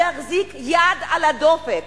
להחזיק יד על הדופק.